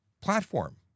platform